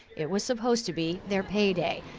it was supposed to be their payday.